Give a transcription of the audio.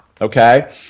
okay